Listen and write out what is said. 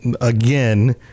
again